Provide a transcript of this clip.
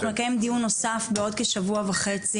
אנחנו נקיים דיון נוסף בעוד כשבוע וחצי